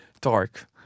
dark